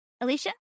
Alicia